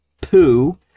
poo